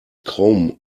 chrome